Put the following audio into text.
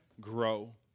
grow